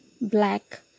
black